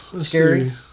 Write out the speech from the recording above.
Scary